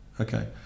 Okay